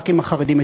הח"כים החרדים,